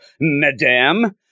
madame